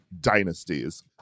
dynasties